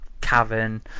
cavern